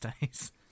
days